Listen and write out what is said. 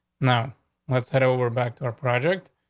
now let's head over back to our project.